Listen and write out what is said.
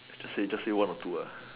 just say just say one or two ah